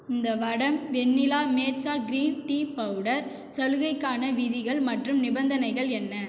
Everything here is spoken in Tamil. இந்த வடம் vanilla matcha green tea powder சலுகைக்கான விதிகள் மற்றும் நிபந்தனைகள் என்ன